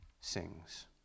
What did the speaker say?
sings